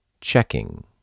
checking